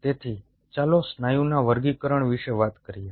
તેથી ચાલો સ્નાયુના વર્ગીકરણ વિશે વાત કરીએ